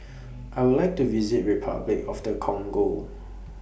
I Would like to visit Repuclic of The Congo